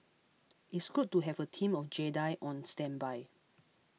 it's good to have a team of Jedi on standby